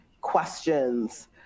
questions